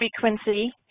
Frequency